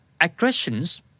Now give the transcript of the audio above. aggressions